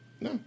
No